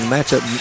Matchup